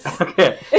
Okay